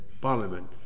parliament